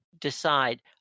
decide